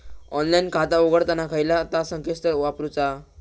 Online खाता उघडताना खयला ता संकेतस्थळ वापरूचा?